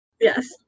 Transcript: yes